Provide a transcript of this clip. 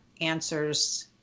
answers